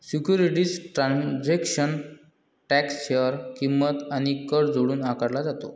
securities transaction tax share किंमत आणि कर जोडून आकारला जातो